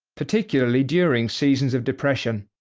particularly during seasons of depression.